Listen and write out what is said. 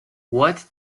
what